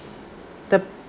the